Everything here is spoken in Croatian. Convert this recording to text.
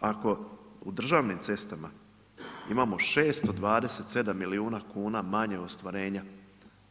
Ako u državnim cestama imamo 627 milijuna kuna manje ostvarenja